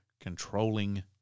controlling